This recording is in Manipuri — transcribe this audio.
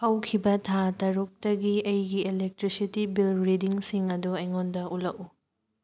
ꯍꯧꯈꯤꯕ ꯊꯥ ꯇꯔꯨꯛꯇꯒꯤ ꯑꯩꯒꯤ ꯏꯂꯦꯛꯇ꯭ꯔꯤꯁꯤꯇꯤ ꯕꯤꯜ ꯔꯤꯗꯤꯡꯁꯤꯡ ꯑꯗꯨ ꯑꯩꯉꯣꯟꯗ ꯎꯠꯂꯛꯎ